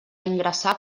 ingressar